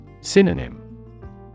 Synonym